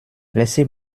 laissez